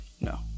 No